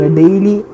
daily